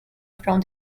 from